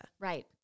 Right